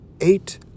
eight